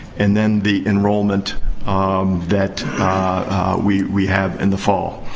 and then the enrollment that we we have in the fall.